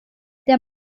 der